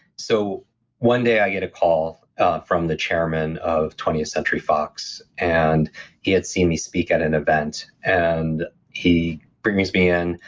so one day i get a call from the chairman of twentieth century fox, and he had seen me speak at an event. and he brings me in,